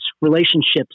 relationships